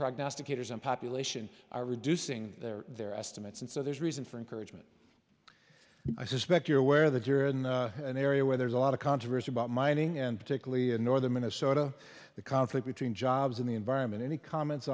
prognosticators and population are reducing their their estimates and so there's reason for encouragement i suspect you're aware that you're in an area where there's a lot of controversy about mining and particularly in northern minnesota the conflict between jobs and the environment any comments